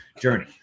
Journey